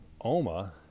Oma